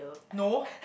no